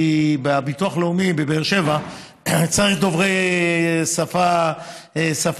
כי בביטוח הלאומי בבאר שבע צריך דוברי השפה הערבית,